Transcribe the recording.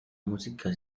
música